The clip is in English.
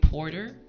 Porter